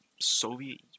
Soviet